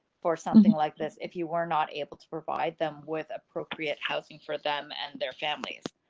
for something like this, if you were not able to provide them with appropriate housing for them, and their families.